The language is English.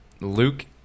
Luke